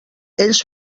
ells